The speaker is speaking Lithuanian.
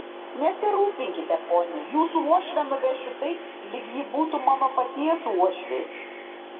nesirūpinkite pone jūsų uošvę nuvešiu taip lyg ji būtų mano paties uošvė